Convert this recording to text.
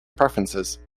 preferences